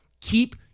keep